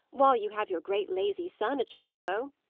while you have your great lazy son at your elbow.